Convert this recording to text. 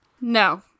no